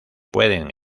pueden